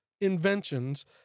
inventions